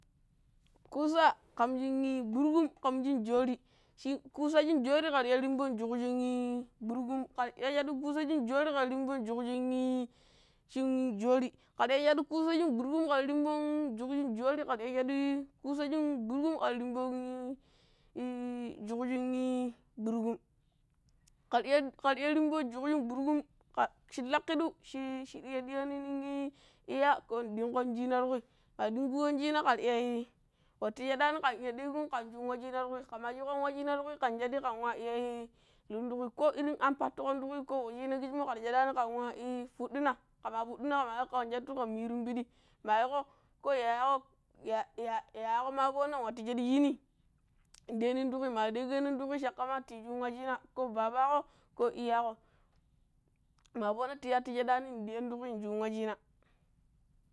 Kusa ƙan no̱ng shin gbirkum ƙan no̱ng shin joori. Kusa shim jori kan rimbo juk shin jori kar iya shado kasa shin gbirkum ƙan rimbon juk shin jori ƙera iya shadu kusa shin jori gbirkum ƙen rimbon juk shin joori, ƙera iya shaɗu kusa shin gbirkum, ƙera rin munbon juk shin gbirkum kar iya rimbo juk. Gbrikum shin lakiɗiu shira iya ɗiyaani no̱ng iyya ko ɗingƙon ciina tuƙui ɗingƙuƙon ciina ƙera iya wattu shadaani kan iya deegon ken cuun wa ciina tu kui ƙa maa ciikon wu ciina tuƙui ƙen shadi ƙen nwa iya luun tuƙui ko irin am pathu kon tuƙui ƙo wuciina kijimo ƙira shadaani ƙen wa fuƙƙina kama fuddina ken shattu ƙen miirun pichi maa yiiƙo ƙo yayaaƙo yayaako maa fo̱o̱na nwattu shaɗu shiini ndeenin taƙui, maa ɗiiƙeenin tuƙui caƙƙa ma ta cun wuciina ko babaaƙo ko iyyaaƙo ma foona ta a tiatu shaɗaani diaan ta kui shu wuciina